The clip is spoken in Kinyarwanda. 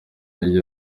iyo